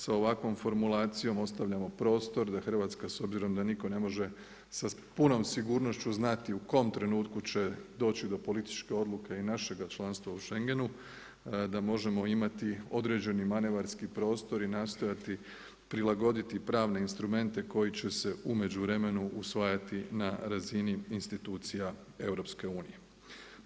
Sa ovakvom formulacijom ostavljamo prostor da Hrvatska s obzirom da nitko ne može sa punom sigurnošću znati u kom trenutku će doći do političke odluke i našega članstva u Schengenu, da možemo imati određeni manevarski prostor i nastojati prilagoditi pravne instrumente koji će se u međuvremenu usvajati na razini institucija Europske unije.